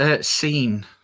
scene